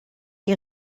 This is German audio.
die